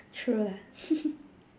true lah